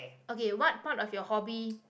okay what part of your hobby